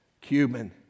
Cuban